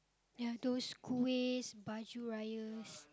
ya those kuih baju raya